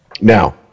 Now